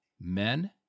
men